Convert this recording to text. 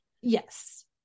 yes